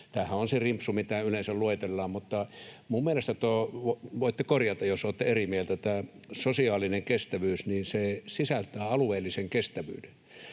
Tämähän on se rimpsu, mitä yleensä luetellaan, mutta minun mielestäni — voitte korjata, jos olette eri mieltä — tämä sosiaalinen kestävyys sisältää alueellisen kestävyyden.